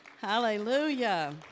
Hallelujah